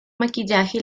maquillaje